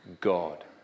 God